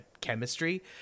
chemistry